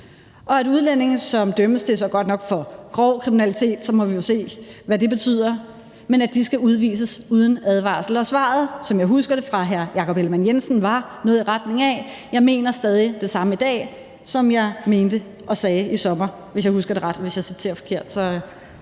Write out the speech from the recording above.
og at udlændinge, som dømmes for grov kriminalitet – så må vi jo se, hvad det betyder – skal udvises uden advarsel. Og svaret fra hr. Jakob Ellemann-Jensen var, som jeg husker det, noget i retning af: Jeg mener stadig det samme i dag, som jeg mente og sagde i sommer. Sådan husker jeg det. Hvis jeg citerer forkert, vil